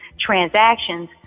transactions